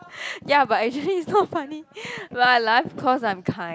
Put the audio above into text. ya but actually it's not funny why I laugh cause I'm kind